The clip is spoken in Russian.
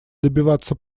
добиваться